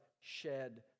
shed